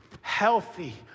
healthy